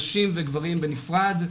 נשים וגברים בנפרד.